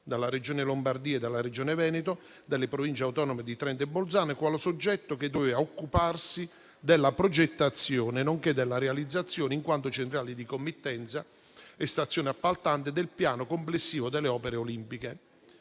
dalle Regioni Lombardia e Veneto, nonché dalle Province autonome di Trento e Bolzano, quale soggetto che doveva occuparsi della progettazione, nonché della realizzazione, in quanto centrale di committenza e stazione appaltante, del piano complessivo delle opere olimpiche.